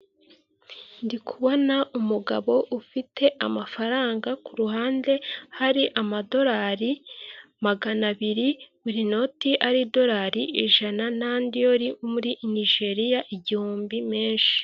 Ndi kubona umugabo ufite amafaranga, kuruhande hari amadolari magana abiri, buri noti ari idolari ijana n'andi yari muri Nigeriya igihumbi menshi.